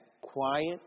quiet